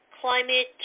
climate